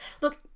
look